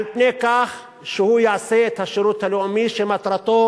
על פני כך שהם יעשו את השירות הלאומי, שמטרתו